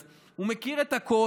אז הוא מכיר את הכול,